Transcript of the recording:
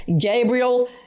Gabriel